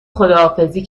خداحافظی